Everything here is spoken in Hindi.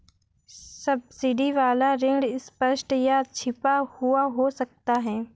सब्सिडी वाला ऋण स्पष्ट या छिपा हुआ हो सकता है